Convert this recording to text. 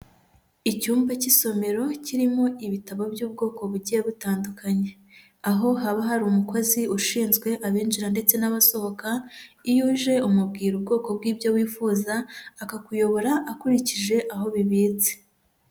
Icyumba cy'isomero kirimo ibitabo by'ubwoko bugiye butandukanye. Aho haba hari umukozi ushinzwe abinjira ndetse n'abasohoka, iyo uje umubwira ubwoko bw'ibyo wifuza akakuyobora akurikije aho bibitse.